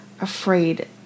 afraid